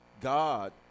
God